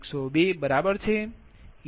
102 બરાબર છે